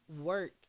work